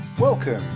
Welcome